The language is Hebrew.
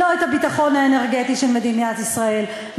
לא את הביטחון האנרגטי של מדינת ישראל,